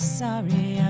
sorry